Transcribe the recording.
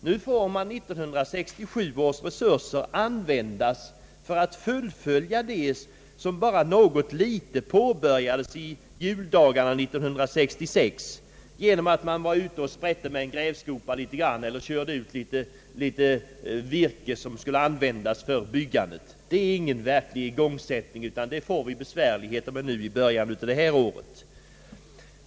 Nu får 1967 års resurser användas för att fullfölja det som bara något litet påbörjats av husbyggena 1966 genom att man någon gång vid jultiden var ute och sprätte med en grävskopa litet grand eller körde ut litet virke, som skulle användas för byggandet. Det är ingen verklig igångsättning, och det orsakar besvärligheter nu i början av detta år.